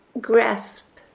grasp